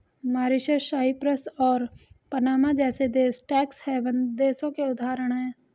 Mauritius, Cyprus और Panama जैसे देश टैक्स हैवन देशों के उदाहरण है